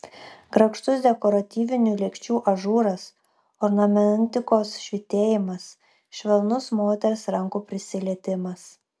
grakštus dekoratyvinių lėkščių ažūras ornamentikos švytėjimas švelnus moters rankų prisilietimas